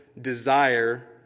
desire